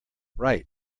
right